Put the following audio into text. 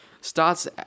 starts